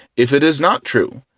if it is not true,